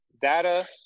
data